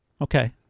Okay